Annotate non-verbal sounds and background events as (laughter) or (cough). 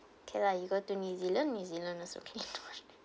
okay lah you go to new zealand new zealand also okay can (laughs)